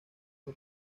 fue